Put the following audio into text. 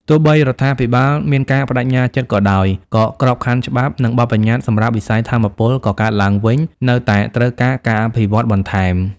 ទោះបីរដ្ឋាភិបាលមានការប្តេជ្ញាចិត្តក៏ដោយ ក៏ក្របខ័ណ្ឌច្បាប់ និងបទប្បញ្ញត្តិសម្រាប់វិស័យថាមពលកកើតឡើងវិញនៅតែត្រូវការការអភិវឌ្ឍបន្ថែម។